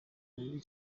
bibi